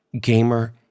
Gamer